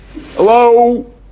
Hello